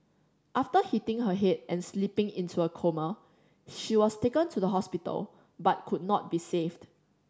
after hitting her head and slipping into a coma she was taken to the hospital but could not be saved